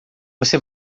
você